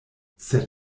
sed